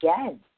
again